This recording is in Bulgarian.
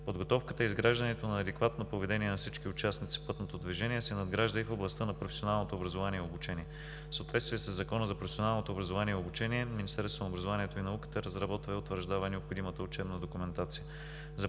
Подготовката и изграждането на адекватно поведение на всички участници в пътното движение се надгражда и в областта на професионалното образование и обучение. В съответствие със Закона за професионалното образование и обучение Министерството на образованието и науката разработва и утвърждава необходимата учебна документация.